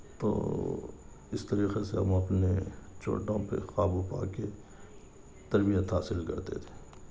تو اس طریقے سے ہم اپنے چوٹوں پہ قابو پا کے تربیت حاصل کرتے تھے